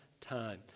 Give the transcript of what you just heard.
time